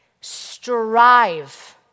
Strive